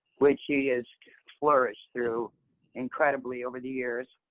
which he has flourished through incredibly over the years.